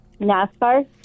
NASCAR